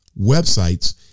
websites